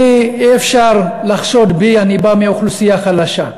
אני, אי-אפשר לחשוד בי, אני בא מאוכלוסייה חלשה.